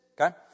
Okay